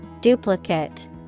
Duplicate